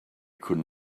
could